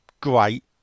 great